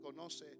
conoce